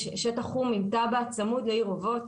יש שטח חום עם תב"ע צמוד לעיר אובות.